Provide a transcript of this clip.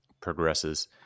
progresses